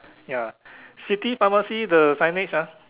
ya city pharmacy the signage ah